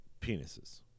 penises